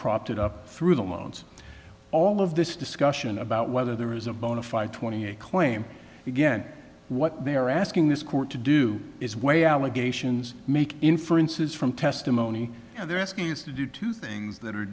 it up through the loans all of this discussion about whether there is a bonafide twenty eight claim again what they are asking this court to do is way allegations make inferences from testimony and they're asking you to do two things that are